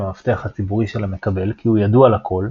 המפתח הציבורי של המקבל כי הוא ידוע לכל,